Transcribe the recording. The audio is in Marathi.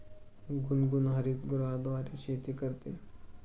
गुनगुन हरितगृहाद्वारे शेती करते